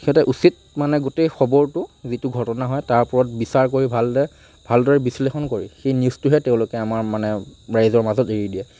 সিহঁতে উচিত মানে গোটেই খবৰটো যিটো ঘটনা হয় তাৰ ওপৰত বিচাৰ কৰি ভালদৰে ভালদৰে বিশ্লেষণ কৰি সেই নিউজটোহে তেওঁলোকে আমাৰ মানে ৰাইজৰ মাজত এৰি দিয়ে